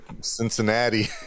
Cincinnati